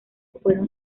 fueron